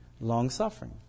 long-suffering